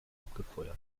abgefeuert